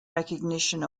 recognition